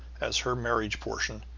as her marriage portion,